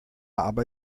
aber